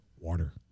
Water